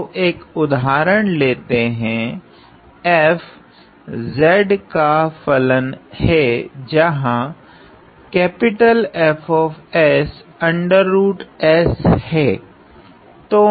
तो एक उदाहरण लेते हैं f z का फलन हैं यहाँ F हैं